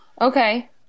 Okay